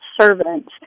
servants